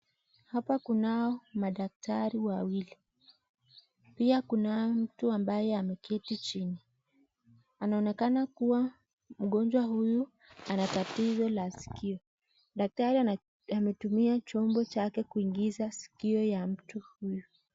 Hapa kunao madaktari wawili pia kunaye mtu ambaye ameketi chini, anaonekana kuwa mgonjwa huyu ana tatizo la sikio, daktari ametumia chombo chake kuigiza sikio ya mtu huyu.